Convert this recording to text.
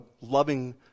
loving